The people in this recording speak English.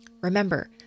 Remember